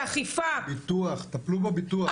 ביטוח, טפלו בביטוח.